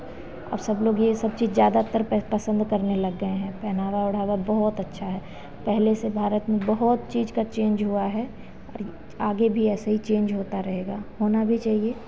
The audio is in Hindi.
अब सब लोग यह सब चीज़ ज़्यादातर पसंद करने लग गए हैं पहनावा ओढ़ावा बहुत अच्छा है पहले से भारत में बहुत चीज़ का चेंज हुआ है और आगे भी ऐसा ही चेंज होता रहेगा होना भी चाहिए